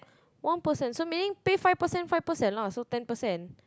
one percent so meaning pay five percent five percent lah so ten percent